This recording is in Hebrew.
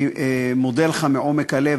אני מודה לך מעומק הלב.